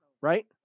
right